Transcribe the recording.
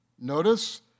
Notice